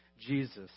jesus